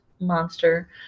monster